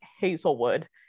Hazelwood